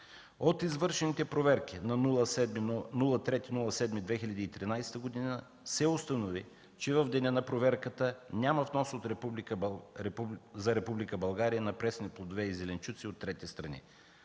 От извършените проверки на 3 юли 2013 г. се установи, че в деня на проверката няма внос за Република България на пресни плодове и зеленчуци от трети страни.